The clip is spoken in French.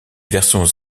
versions